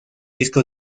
disco